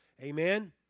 Amen